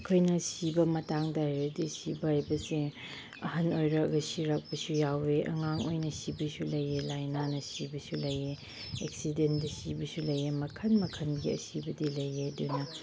ꯑꯩꯈꯣꯏꯅ ꯁꯤꯕ ꯃꯇꯥꯡꯗ ꯍꯥꯏꯔꯗꯤ ꯁꯤꯕ ꯍꯥꯏꯕꯁꯦ ꯑꯍꯟ ꯑꯣꯏꯔꯛꯑꯒ ꯁꯤꯔꯛꯄꯁꯨ ꯌꯥꯎꯏ ꯑꯉꯥꯡ ꯑꯣꯏꯅ ꯁꯤꯕꯁꯨ ꯂꯩꯌꯦ ꯂꯩꯅꯥꯅ ꯁꯤꯕꯁꯨ ꯂꯩꯌꯦ ꯑꯦꯛꯁꯤꯗꯦꯟꯗ ꯁꯤꯕꯁꯨ ꯂꯩꯌꯦ ꯃꯈꯜ ꯃꯈꯜꯒꯤ ꯑꯁꯤꯕꯗꯤ ꯂꯩꯌꯦ ꯑꯗꯨꯅ